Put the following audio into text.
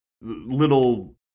little